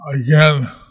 Again